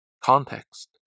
context